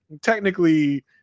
technically